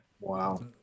Wow